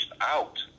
out